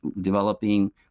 developing